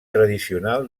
tradicional